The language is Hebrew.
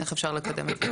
איך אפשר לקדם את זה,